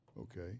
Okay